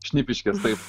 šnipiškės taip